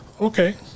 okay